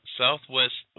southwest